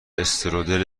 استرودل